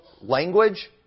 language